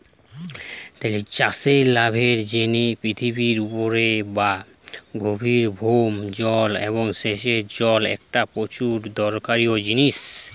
চাষির লাভের জিনে পৃথিবীর উপরের বা গভীরের ভৌম জল এবং সেচের জল একটা প্রচুর দরকারি জিনিস